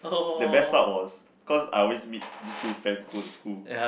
the best part was cause I always meet these two friends go to school